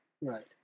Right